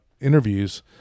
interviews